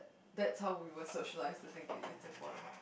that's how we were socialised to think it's important